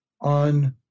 on